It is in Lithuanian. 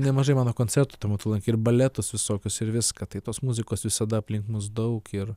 nemažai mano koncertų tuo metu lankė ir baletus visokius ir viską tai tos muzikos visada aplink mus daug ir